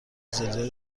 زلزله